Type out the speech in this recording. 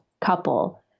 couple